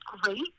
great